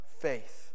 faith